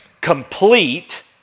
complete